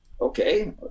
okay